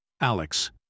Alex